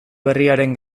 berriaren